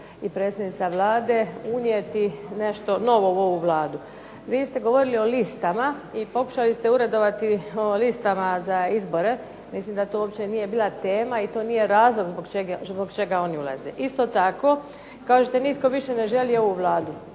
i predsjednica Vlade unijeti nešto novo u ovu Vladu. Vi ste govorili o listama i pokušali ste uredovati o listama za izbore, mislim da to uopće nije bila tema i to nije razlog zbog čega oni ulaze. Isto tako kažete nitko više ne želi ovu Vladu.